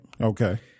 Okay